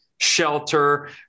shelter